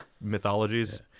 mythologies